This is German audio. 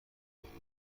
nicht